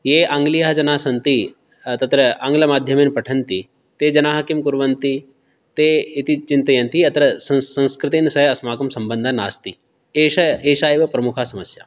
ये आङ्ग्लीयाः जनाः सन्ति तत्र आङ्लमाध्यमेन पठन्ति ते जनाः किं कुर्वन्ति ते इति चिन्तयन्ति अत्र संस् संस्कृतेन सह अस्माकं सम्बन्धः नास्ति एष एषा एव प्रमुखा समस्या